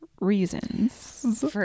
reasons